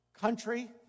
country